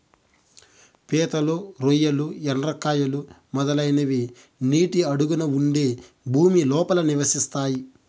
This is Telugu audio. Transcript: పీతలు, రొయ్యలు, ఎండ్రకాయలు, మొదలైనవి నీటి అడుగున ఉండే భూమి లోపల నివసిస్తాయి